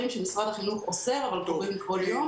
שמשרד החינוך אוסר אבל קורים בכל יום.